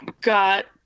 got